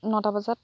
নটা বজাত